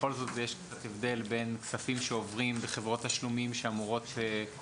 בכל זאת יש קצת הבדל בין כספים שעוברים בחברות תשלומים שאני מניח שהכסף